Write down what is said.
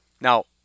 Now